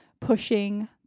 pushing